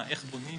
קודם לכן,